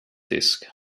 disc